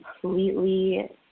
completely